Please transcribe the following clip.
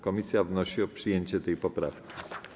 Komisja wnosi o przyjęcie tej poprawki.